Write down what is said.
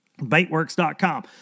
Baitworks.com